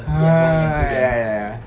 !huh! ya ya ya